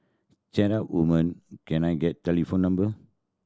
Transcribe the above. chat up woman can l get telephone number